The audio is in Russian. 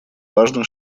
важно